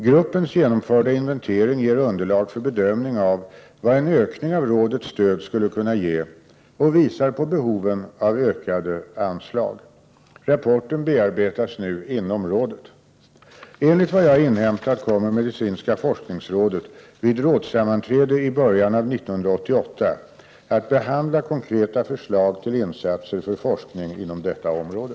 Gruppens genomförda inventering ger underlag för bedömning av vad en ökning av rådets stöd skulle kunna ge och visar på behoven av ökade anslag. Rapporten bearbetas nu inom rådet. Enligt vad jag inhämtat kommer medicinska forskningsrådet vid rådssammanträde i början av 1988 att behandla konkreta förslag till insatser för forskning inom detta område.